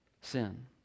sin